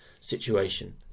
situation